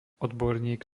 odborník